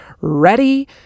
ready